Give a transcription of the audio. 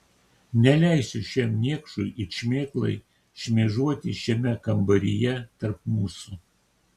neleisiu šiam niekšui it šmėklai šmėžuoti šiame kambaryje tarp mūsų